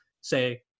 say